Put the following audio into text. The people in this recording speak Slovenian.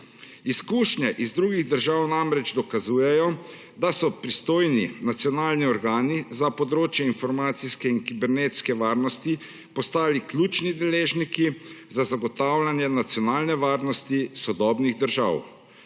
Izkušnje iz drugih držav namreč dokazujejo, da so pristojni nacionalni organi za področje informacijske in kibernetske varnosti postali ključni deležniki za zagotavljanje nacionalne varnosti sodobnih držav.